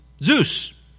Zeus